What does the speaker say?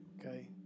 okay